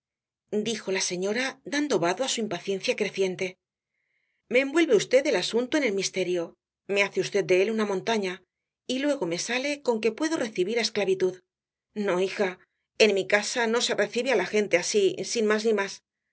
rita dijo la señora dando vado á su impaciencia creciente me envuelve v el asunto en el misterio me hace v de él una montaña y luego me sale con que puedo recibir á esclavitud no hija en mi casa no se recibe á la gente así sin más ni más